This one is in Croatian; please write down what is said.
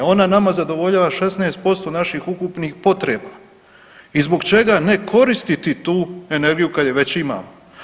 Ona nama zadovoljava 16% naših ukupnih potreba i zbog čega ne koristiti tu energiju kad je već imamo.